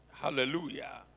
Hallelujah